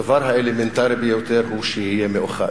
הדבר האלמנטרי ביותר הוא שיהיה מאוחד.